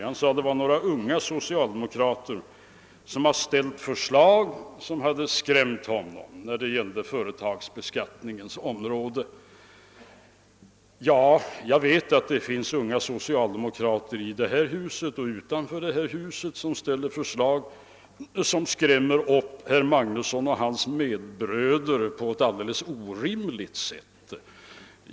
Han sade att det var några unga socialdemokrater som hade lagt fram förslag på företagsbeskattningens område vilka skrämde honom. Jag vet att det finns unga socialdemokrater både i och utanför det här huset som lägger fram förslag som skrämmer upp herr Magnusson och hans medbröder på ett alldeles orimligt sätt.